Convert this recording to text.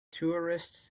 tourists